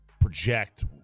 project –